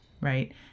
right